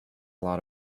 lot